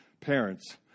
parents